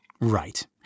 Right